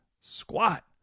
squat